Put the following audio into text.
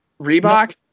Reebok